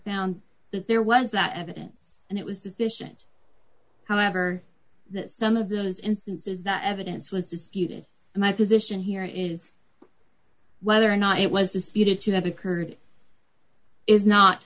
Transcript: found that there was that evidence and it was deficient however that some of those instances that evidence was disputed my position here is whether or not it was disputed to have occurred is not